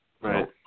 Right